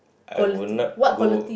I will not go